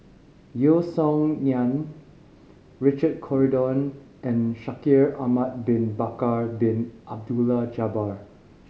Yeo Song Nian Richard Corridon and Shaikh Ahmad Bin Bakar Bin Abdullah Jabbar